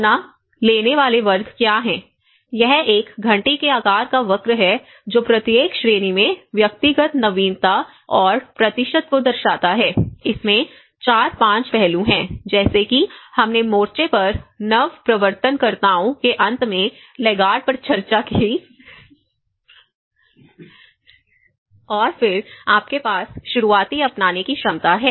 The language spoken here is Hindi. अपना लेने वाले वर्ग क्या हैं यह एक घंटी के आकार का वक्र है जो प्रत्येक श्रेणी में व्यक्तिगत नवीनता और प्रतिशत को दर्शाता है इसमें 4 5 पहलू हैं जैसे कि हमने मोर्चे पर नवप्रवर्तनकर्ताओं के अंत में लैगार्ड पर चर्चा की और फिर आपके पास शुरुआती अपनाने की क्षमता है